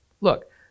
Look